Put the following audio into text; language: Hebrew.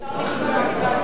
אפשר לכלול אותי